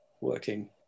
working